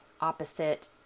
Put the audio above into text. Opposite